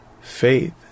faith